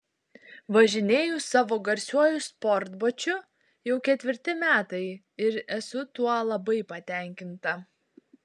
važinėju savo garsiuoju sportbačiu jau ketvirti metai ir esu tuo labai patenkinta